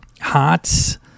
Hots